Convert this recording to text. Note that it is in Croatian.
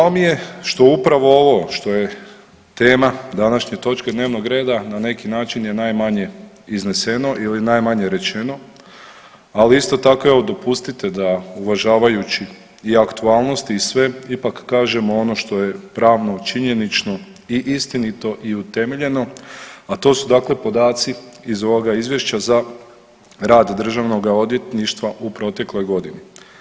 Žao mi je što upravo što je tema današnje točke dnevnog reda na neki način je najmanje izneseno ili najmanje rečeno, ali isto tako evo dopustite da uvažavajući i aktualnosti i sve ipak kažemo ono što je pravno činjenično i istinito i utemeljeno, a to su dakle podaci iz ovoga izvješća za rad državnoga odvjetništva u protekloj godini.